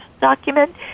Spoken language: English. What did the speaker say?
document